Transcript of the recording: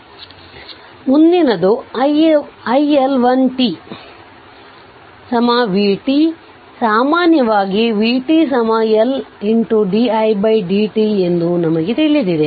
ಆದ್ದರಿಂದ ಮುಂದಿನದು iL1 t vt ಸಾಮಾನ್ಯವಾಗಿ vt L d i d t ಎಂದು ನಮಗೆ ತಿಳಿದಿದೆ